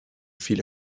viele